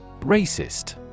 Racist